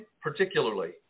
particularly